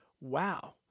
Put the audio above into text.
wow